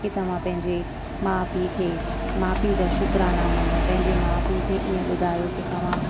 की तव्हां पंहुंजे माउ पीउ खे माउ पीउ जा शुकराना मञियो पंहिंजे माउ पीउ खे ईअं ॿुधायो की तव्हां